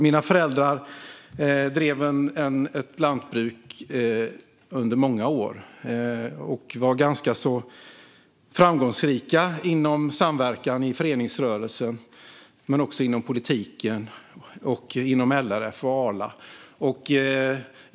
Mina föräldrar drev under många år ett lantbruk och var ganska framgångsrika inom samverkan i föreningsrörelsen men också inom politiken och inom LRF och Arla.